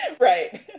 Right